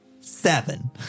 Seven